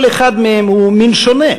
כל אחד מהם הוא מין שונה,